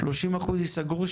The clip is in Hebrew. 30% ייסגרו,